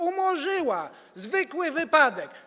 Umorzyła, zwykły wypadek.